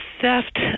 theft